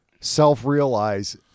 self-realize